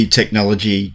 technology